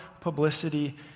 publicity